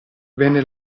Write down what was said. venne